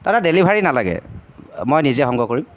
দাদা ডেলিভাৰী নালাগে মই নিজে সংগ্ৰহ কৰিম